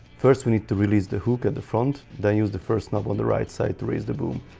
first we need to release the hook at the front then use the first knob on the right side to raise the boom